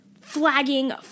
flagging